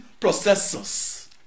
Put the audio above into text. processors